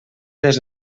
les